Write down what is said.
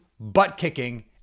butt-kicking